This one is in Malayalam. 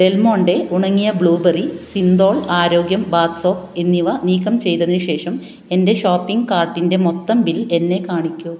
ഡെൽമോണ്ടെ ഉണങ്ങിയ ബ്ലൂബെറി സിന്തോൾ ആരോഗ്യം ബാത്ത് സോപ്പ് എന്നിവ നീക്കം ചെയ്തതിന് ശേഷം എന്റെ ഷോപ്പിംഗ് കാർട്ടിന്റെ മൊത്തം ബിൽ എന്നെ കാണിക്കൂ